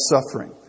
suffering